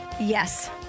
yes